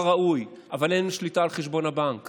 ראוי אבל אין להן שליטה על חשבון הבנק